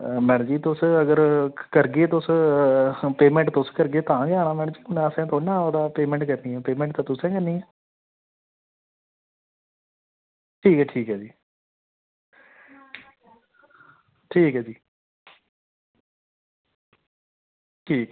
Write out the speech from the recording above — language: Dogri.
मैड़म जी अगर तुस करगे तुस पेमैंट तुस करगे तां गै आनां मैंड़म जी असैं थोड़े ना पेमैंट करनी ऐ पेमैंट ते तुसैं करनी ऐं ठीक ऐ ठीक ऐ ठीक ऐ जी ठीक